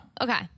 Okay